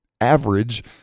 average